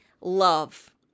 love